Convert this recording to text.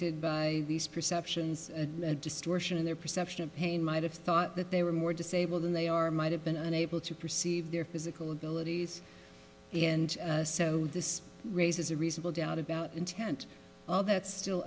afflicted by these perceptions and distortion in their perception of pain might have thought that they were more disabled than they are might have been unable to perceive their physical abilities and so this raises a reasonable doubt about intent of that still